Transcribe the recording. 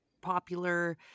popular